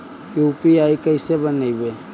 UPI कैसे बनइबै?